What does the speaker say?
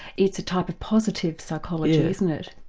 it's a type of positive psychology, isn't it?